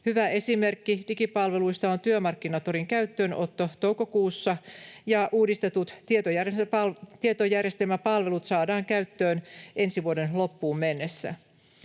Hyvä esimerkki digipalveluista on Työmarkkinatorin käyttöönotto toukokuussa, ja uudistetut tietojärjestelmäpalvelut saadaan käyttöön ensi vuoden loppuun mennessä.